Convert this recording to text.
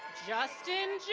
justin jones.